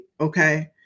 Okay